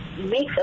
make